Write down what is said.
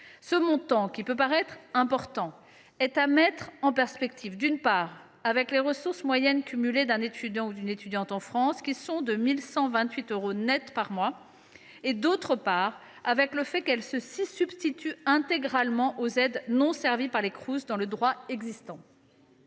Ce montant, qui peut paraître important, est à mettre en perspective, d’une part, avec les ressources moyennes cumulées d’un étudiant en France, qui sont de 1 128 euros net par mois, d’autre part, avec le fait que cette allocation universelle se substituerait intégralement aux aides non servies par les Crous dans le droit existant.